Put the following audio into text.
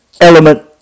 element